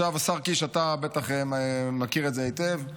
השר קיש, אתה בטח מכיר את זה היטב.